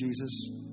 Jesus